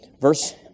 Verse